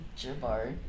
Jabari